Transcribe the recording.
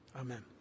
amen